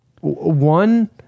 One